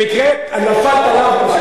במקרה נפלת עליו, מה שנקרא.